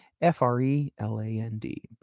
F-R-E-L-A-N-D